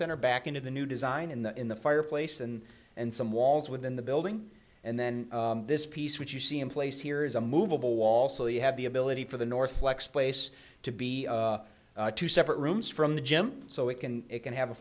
center back into the new design and in the fireplace and and some walls within the building and then this piece which you see in place here is a movable wall so you have the ability for the north flex place to be two separate rooms from the gym so it can it can have a